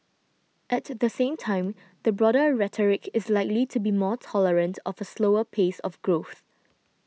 at the same time the broader rhetoric is likely to be more tolerant of a slower pace of growth